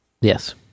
Yes